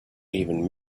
even